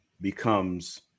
becomes